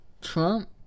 Trump